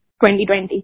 2020